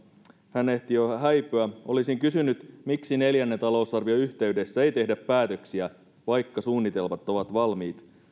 hän ehti jo häipyä olisin kysynyt miksi neljännen talousarvion yhteydessä ei tehdä päätöksiä vaikka suunnitelmat ovat valmiit